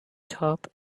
top